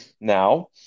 now